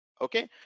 okay